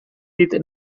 dit